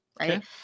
right